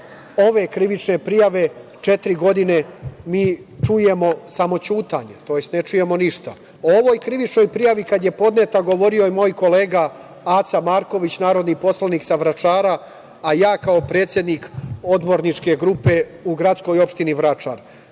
ove krivične prijave četiri godine mi čujemo samo ćutanje, tj. ne čujemo ništa.O ovoj krivičnoj prijavi kad je podneta govorio je moj kolega Aca Marković, narodni poslanik sa Vračara, a ja kao predsednik odborničke grupe u GO Vračar.